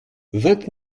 vingt